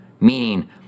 Meaning